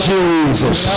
Jesus